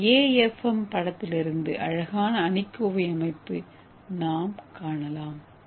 ஒரு AFM படத்திலிருந்து அழகான லட்டு அமைப்பு நாம் காணலாம்